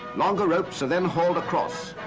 longer ropes are then hauled across.